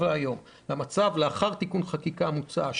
היום לבין המצב לאחר תיקון החקיקה המוצע,